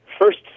first